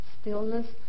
stillness